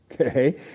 okay